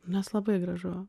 nes labai gražu